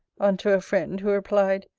unto a friend, who replied,